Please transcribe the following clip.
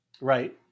Right